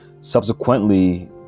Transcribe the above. Subsequently